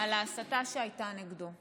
על ההסתה שהייתה נגדו.